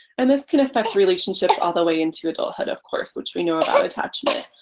and this can affect relationships all the way into adulthood of course which we know about attachment.